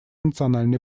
национальной